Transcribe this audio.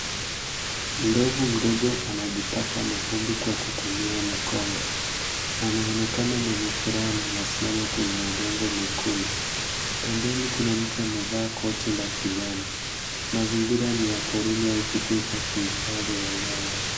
Ndovu mdogo anajipaka mavumbi kwa kutumia mkonga. Anaonekana mwenye furaha na anasimama kwenye udongo mwekundu. Pembeni kuna mtu amevaa koti la kijani. Mazingira ni ya porini au kituo cha kuhifadhi wanyama.